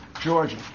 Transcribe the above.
Georgia